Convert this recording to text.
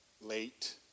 late